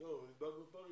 הוא נדבק בפריז.